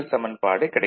சமன்பாடு கிடைக்கும்